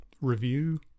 review